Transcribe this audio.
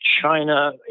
China